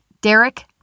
Derek